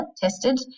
tested